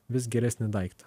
vis geresnį daiktą